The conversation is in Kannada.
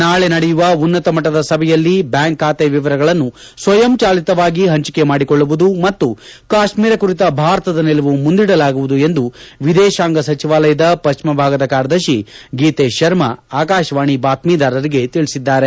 ನಾಳೆ ನಡೆಯಲಿರುವ ಉನ್ನತ ಮಟ್ಟದ ಸಭೆಯಲ್ಲಿ ಬ್ಯಾಂಕ್ ಖಾತೆ ವಿವರಗಳನ್ನು ಸ್ವಯಂ ಚಾಲಿತವಾಗಿ ಪಂಚಿಕೆ ಮಾಡಿಕೊಳ್ಳುವುದು ಮತ್ತು ಕಾಶ್ಮೀರ ಕುರಿತ ಭಾರತದ ನಿಲುವು ಮುಂದಿಡಲಾಗುವುದು ಎಂದು ವಿದೇಶಾಂಗ ಸಚಿವಾಲಯದ ಪಶ್ಚಿಮ ಭಾಗದ ಕಾರ್ಯದರ್ಶಿ ಗೀತೇಶ್ ಶರ್ಮಾ ಆಕಾಶವಾಣೆ ಬಾತ್ತಿದಾರರಿಗೆ ತಿಳಿಸಿದ್ದಾರೆ